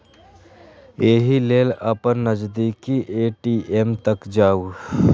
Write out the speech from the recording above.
एहि लेल अपन नजदीकी ए.टी.एम तक जाउ